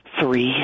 three